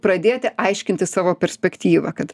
pradėti aiškinti savo perspektyvą kad